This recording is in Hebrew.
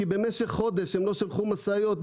כי במשך חודש הם לא שלחו משאיות,